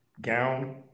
gown